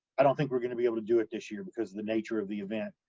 i don't think we're going to be able to do it this year, because of the nature of the event,